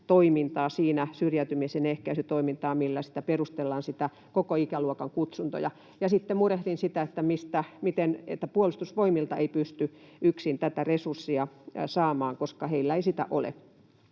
on muuta syrjäytymisen ehkäisytoimintaa, millä perustellaan niitä koko ikäluokan kutsuntoja. Ja sitten murehdin sitä, että Puolustusvoimilta ei pysty yksin tätä resurssia saamaan, koska heillä ei sitä ole.